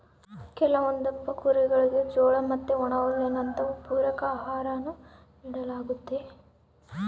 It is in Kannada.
ಕೆಲವೊಂದಪ್ಪ ಕುರಿಗುಳಿಗೆ ಜೋಳ ಮತ್ತೆ ಒಣಹುಲ್ಲಿನಂತವು ಪೂರಕ ಆಹಾರಾನ ನೀಡಲಾಗ್ತತೆ